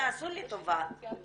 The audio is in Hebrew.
בואו